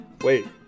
wait